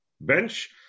bench